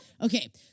okay